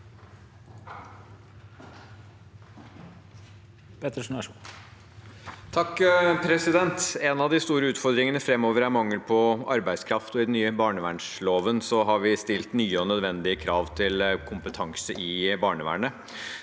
(H) En av de store ut- fordringene framover er mangel på arbeidskraft. I den nye barnevernsloven har vi stilt nye og nødvendige krav til kompetanse i barnevernet.